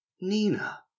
Nina